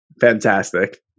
Fantastic